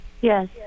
Yes